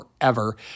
forever